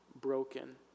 broken